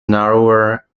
narrower